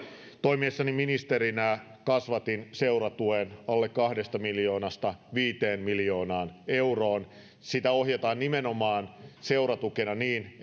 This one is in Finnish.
toimiessani ministerinä kasvatin seuratuen alle kahdesta miljoonasta viiteen miljoonaan euroon sitä ohjataan nimenomaan seuratukena niin